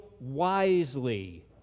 wisely